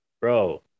Bro